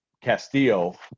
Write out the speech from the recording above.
Castillo